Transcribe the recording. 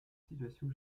situation